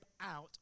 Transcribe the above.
out